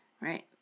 Right